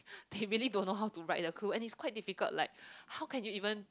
they really don't know how to write the clue and is quite difficult like how can you even